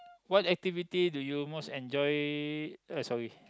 what activity do you most enjoy oh sorry